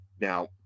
Now